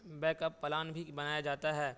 back up plan بھی بنایا جاتا ہے